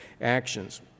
actions